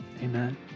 amen